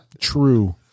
true